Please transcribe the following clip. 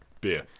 beer